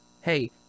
Hey